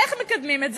איך מקדמים את זה?